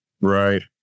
Right